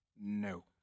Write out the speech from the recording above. no